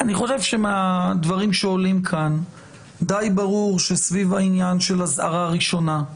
אני חושב שמהדברים שעולים כאן די ברור שסביב העניין של אזהרה ראשונה,